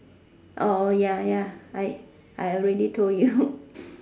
ya ya I I already told you